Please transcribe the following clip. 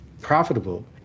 profitable